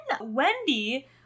Wendy